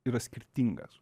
yra skirtingas